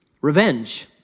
Revenge